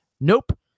Nope